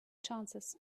chances